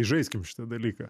žaiskim šitą dalyką